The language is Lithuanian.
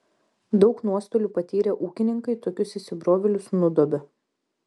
daug nuostolių patyrę ūkininkai tokius įsibrovėlius nudobia